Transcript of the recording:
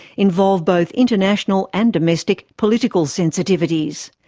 involve both international and domestic political sensitivities.